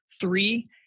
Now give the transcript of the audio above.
Three